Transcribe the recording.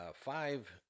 five